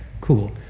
Cool